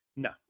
No